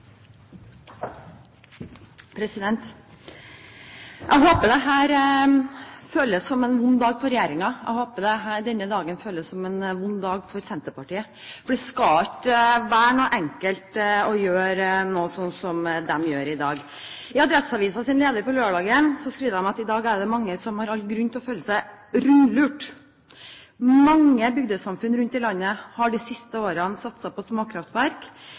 side. Jeg håper dette føles som en vond dag for regjeringen og for Senterpartiet, for det skal ikke være enkelt å gjøre det de gjør i dag. I Adresseavisens leder på lørdag skriver de at i dag er det mange som har all grunn til å føle seg rundlurt. «Mange bygdesamfunn rundt i landet har de siste årene satset på småkraftverk.